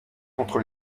contre